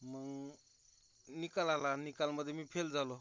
मग निकाल आला निकालमध्ये मी फेल झालो